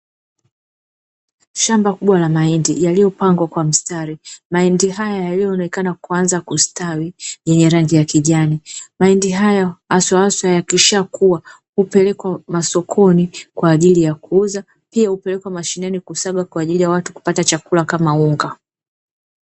Shamba kubwa la mahindi yaliyopangwa kwa mstari, mahindi haya yaliyonekana kuanza kustawi yenye rangi ya kijani, mahindi haya haswa haswa yakishakua hupelekwa masokoni kwa ajili ya kuuza pia hupelekwa mashineni kusagwa kwaajili ya watu kupata chakula kama unga.